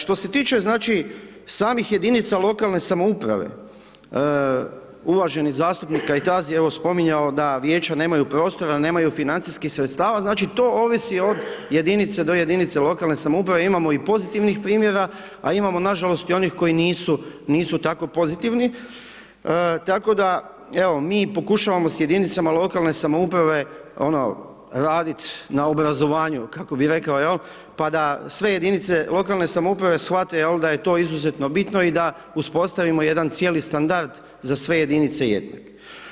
Što se tiče znači, samih jedinica lokalne samouprave, uvaženi zastupnik Kajtazi je evo spominjao da Vijeća nemaju prostora, nemaju financijskih sredstava, znači, to ovisi od jedinice do jedinice lokalne samouprave, imamo i pozitivnih primjera, a imamo nažalost i onih koji nisu, nisu tako pozitivni, tako da, evo, mi pokušavamo s jedinicama lokalne samouprave, ono, radit na obrazovanju kako bi rekao jel', pa da sve jedinice lokalne samouprave shvate jel' da je to izuzetno bitno, i da uspostavimo jedan cijeli standard za sve jedinice jednak.